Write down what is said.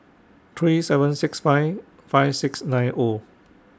three seven six five five six nine O